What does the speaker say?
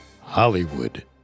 Hollywood